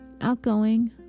outgoing